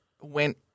went